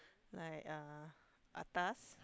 like uh atas